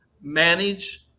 Manage